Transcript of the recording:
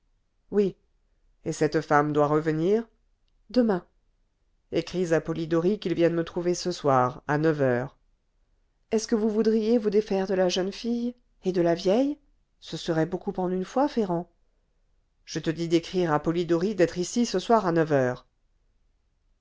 oui et cette femme doit revenir demain écris à polidori qu'il vienne me trouver ce soir à neuf heures est-ce que vous voudriez vous défaire de la jeune fille et de la vieille ce serait beaucoup en une fois ferrand je te dis d'écrire à polidori d'être ici ce soir à neuf heures